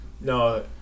No